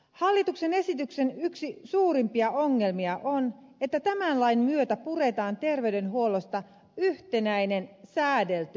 hallituksen esityksen yksi suurimpia ongelmia on että tämän lain myötä puretaan terveydenhuollosta yhtenäinen säädelty asiakasmaksujärjestelmä